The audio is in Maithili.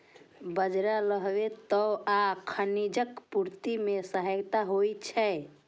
बाजरा लौह तत्व आ खनिजक पूर्ति मे सहायक होइ छै